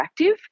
interactive